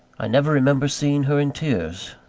i never remember seeing her in tears,